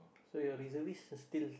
so your reservist is still